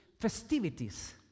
festivities